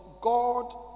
God